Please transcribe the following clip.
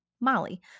Molly